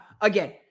again